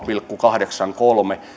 pilkku kahdeksankymmentäkolme